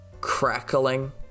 crackling